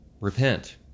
Repent